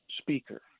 speaker